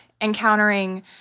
encountering